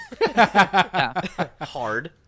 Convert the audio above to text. hard